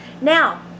now